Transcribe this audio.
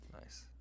Nice